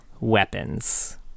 weapons